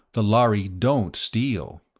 the lhari don't steal.